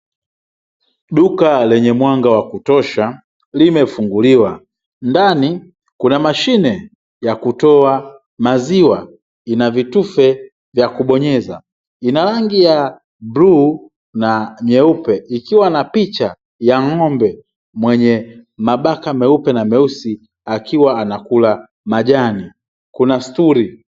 Duka lenye mwanga wa kutosha limefunguliwa. Ndani kuna mashine ya kutoa maziwa, ina vitufe vya kubonyeza, ina rangi ya bluu na nyeupe ikiwa na picha ya ng'ombe mwenye mabaka meupe na meusi akiwa anakula majani, kuna stuli.